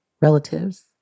relatives